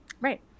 Right